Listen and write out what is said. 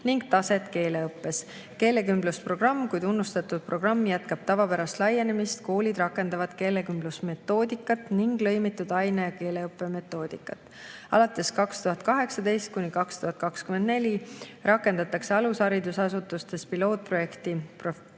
ning taset keeleõppes. Keelekümblusprogramm kui tunnustatud programm jätkab tavapärast laienemist. Koolid rakendavad keelekümblusmetoodikat ning lõimitud aine- ja keeleõppe metoodikat. Alates aastast 2018 kuni aastani 2024 rakendatakse alusharidusasutustes pilootprojekti